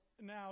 Now